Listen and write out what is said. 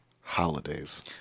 holidays